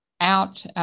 out